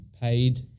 paid